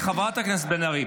מה קרה --- חברת הכנסת בן ארי,